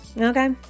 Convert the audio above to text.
okay